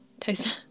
Toaster